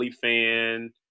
fan